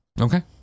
Okay